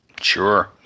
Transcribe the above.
Sure